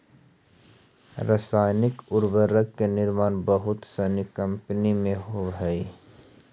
रसायनिक उर्वरक के निर्माण बहुत सनी कम्पनी में होवऽ हई